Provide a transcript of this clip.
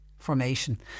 formation